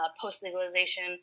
post-legalization